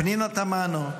פנינה תמנו,